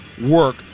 work